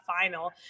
final